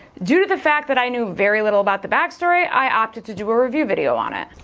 due to the fact that i knew very little about the backstory, i opted to do a review video on it.